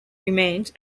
remains